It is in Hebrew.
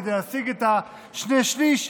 כדי להשיג את השני שלישים,